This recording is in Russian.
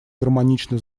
гармонично